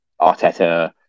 Arteta